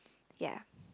ya